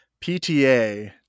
PTA